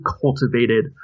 cultivated